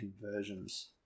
conversions